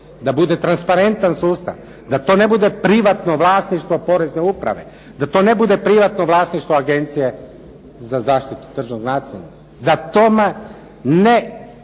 da bude transparentan sustav, da to ne bude privatno vlasništvo porezne uprave, da to ne bude privatno vlasništvo Agencije za zaštitu tržišnog natjecanja. Da tome ne